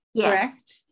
correct